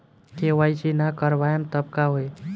KYC ना करवाएम तब का होई?